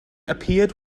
appeared